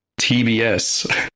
TBS